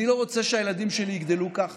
אני לא רוצה שהילדים שלי יגדלו ככה.